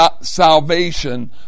salvation